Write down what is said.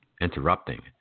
interrupting